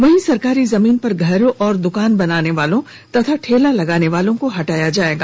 वहीं सरकारी जमीन पर घर और दुकान बनाने वालों तथा ठेला लगाने वालों को हटाया जाएगा